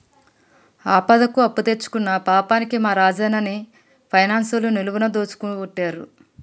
ఆపదకు అప్పుదెచ్చుకున్న పాపానికి మా రాజన్ని గా పైనాన్సోళ్లు నిలువున దోసుకోవట్టిరి